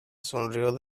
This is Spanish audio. sonrió